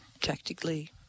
tactically